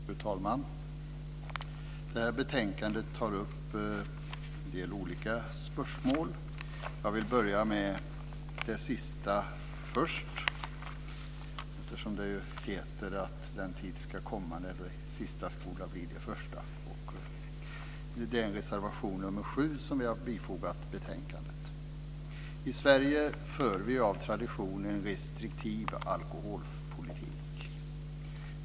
Fru talman! I det här betänkandet tas en del olika spörsmål upp. Jag tar det sista först. Det heter ju att den tid skall komma när de sista skola bli de första. Det gäller reservation 7 från Vänsterpartiet som finns i betänkandet. I Sverige för vi av tradition en restriktiv alkoholpolitik.